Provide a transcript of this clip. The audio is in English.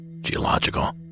geological